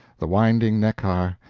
the winding neckar,